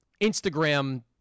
Instagram